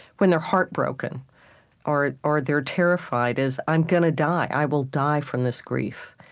when they're heartbroken or or they're terrified, is i'm going to die. i will die from this grief.